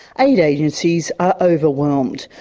aid agencies are overwhelmed.